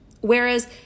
Whereas